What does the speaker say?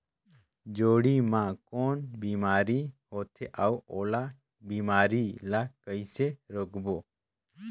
जोणी मा कौन बीमारी होथे अउ ओला बीमारी ला कइसे रोकबो?